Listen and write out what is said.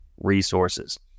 resources